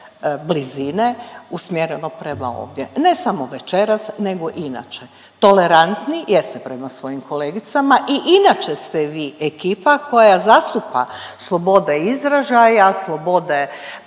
blizine usmjereno prema ovdje, ne samo večeras nego inače? Tolerantni jeste prema svojim kolegicama i inače ste vi ekipa koja zastupa slobode izražaja, slobode